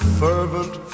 fervent